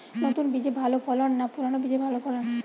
নতুন বীজে ভালো ফলন না পুরানো বীজে ভালো ফলন?